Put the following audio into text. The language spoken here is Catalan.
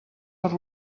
per